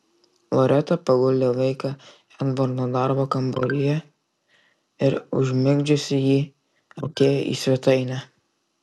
loreta paguldė vaiką edvardo darbo kambaryje ir užmigdžiusi jį atėjo į svetainę